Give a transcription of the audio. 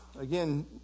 Again